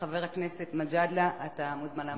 חבר הכנסת מג'אדלה, אתה מוזמן להמשיך.